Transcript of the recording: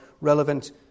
relevant